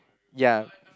ya